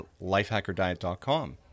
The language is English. lifehackerdiet.com